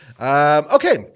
Okay